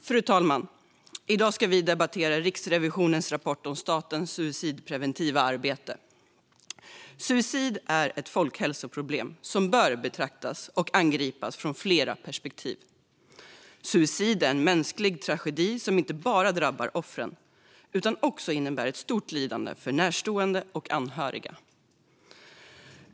Fru talman! I dag ska vi debattera Riksrevisionens rapport om statens suicidpreventiva arbete. Suicid är ett folkhälsoproblem som bör betraktas och angripas från flera perspektiv. Suicid är en mänsklig tragedi som inte bara drabbar offren utan också innebär ett stort lidande för närstående och anhöriga.